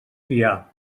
fiar